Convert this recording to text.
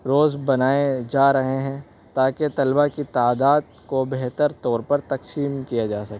روز بنائے جا رہے ہیں تاکہ طلبا کی تعداد کو بہتر طور پر تقسیم کیا جا سکے